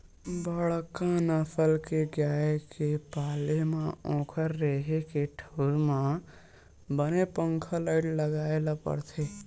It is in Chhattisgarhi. बड़का नसल के गाय गरू के पाले म ओखर रेहे के ठउर म बने पंखा, लाईट लगाए ल परथे